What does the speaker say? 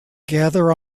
gather